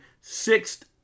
sixth